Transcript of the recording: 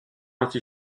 anti